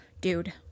dude